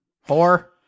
Four